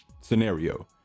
scenario